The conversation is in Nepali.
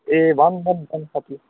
ए भन् भन् भन् साथी